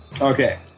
Okay